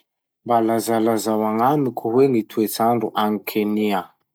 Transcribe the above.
Mba lazalazao agnamiko hoe gny toetsandro agny Kenya?